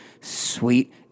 sweet